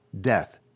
death